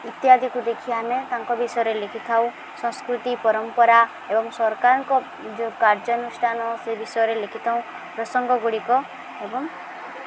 ଇତ୍ୟାଦିକୁ ଦେଖି ଆମେ ତାଙ୍କ ବିଷୟରେ ଲେଖିଥାଉ ସଂସ୍କୃତି ପରମ୍ପରା ଏବଂ ସରକାରଙ୍କ ଯେଉଁ କାର୍ଯ୍ୟାନୁଷ୍ଠାନ ସେ ବିଷୟରେ ଲେଖିଥାଉ ପ୍ରସଙ୍ଗ ଗୁଡ଼ିକ ଏବଂ